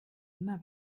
immer